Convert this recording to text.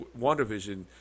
WandaVision